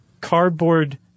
cardboard